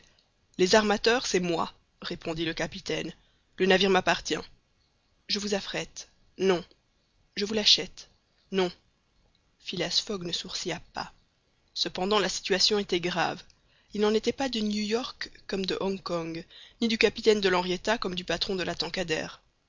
les armateurs c'est moi répondit le capitaine le navire m'appartient je vous affrète non je vous l'achète non phileas fogg ne sourcilla pas cependant la situation était grave il n'en était pas de new york comme de hong kong ni du capitaine de l'henrietta comme du patron de la